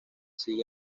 sigue